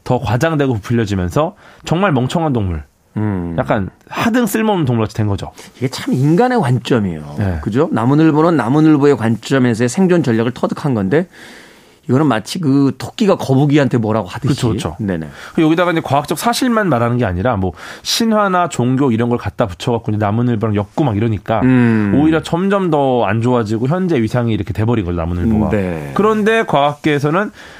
더 과장되고 부풀려지면서 정말 멍청한 동물. 음. 약간 하등 쓸모없는 동물같이 된 거죠. 이게 참 인간의 관점이에요. 네. 그죠? 나무늘보는 나무늘보의 관점에서의 생존 전략을 터득한 건데 이거는 마치 그 토끼가 거북이한테 뭐라고 하듯이. 그렇죠, 그렇죠. 네네. 여기다가 이제 과학적 사실만 말하는 게 아니라 뭐 신화나 종교 이런 걸 갖다 붙여갖고 이제 나무늘보랑 엮고 막 이러니까 음. 오히려 점점 더 안 좋아지고 현재 위상이 이렇게 돼버린 거죠, 나무늘보가. 네. 그런데 과학계에서는